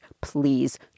Please